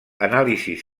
anàlisis